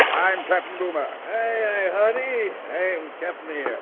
i'm captain boomer. hey, honey aim kept me